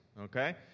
Okay